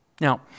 Now